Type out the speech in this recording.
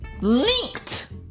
linked